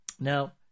Now